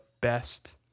best